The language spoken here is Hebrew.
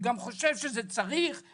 אני גם חושב שצריך את זה.